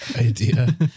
idea